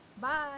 bye